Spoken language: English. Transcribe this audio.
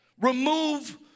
Remove